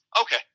Okay